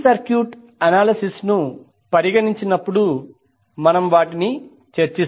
AC circuit analysis ను పరిగణించినప్పుడు మనము వాటిని చర్చిస్తాము